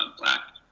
ah black